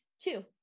Two